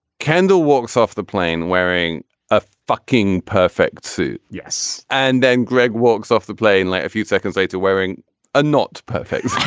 kendall walks off the plane wearing a fucking perfect suit. yes. and then greg walks off the plane. like a few seconds later wearing a not perfect